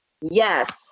Yes